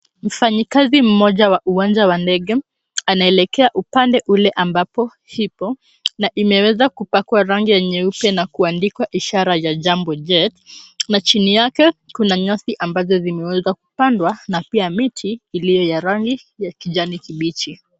Mfanyikazi mmoja wa uwanja wa ndege anaelekea umpande ule ambapo ipo, na imeweza kupakwa rangi ya nyeupe na kuandikwa ishara ya Jambo Jet na chini yake kuna nyasi ambazo zimeweza kupandwa na pia miti iliyo na rangi ya kijani kibichi.